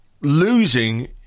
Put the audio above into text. losing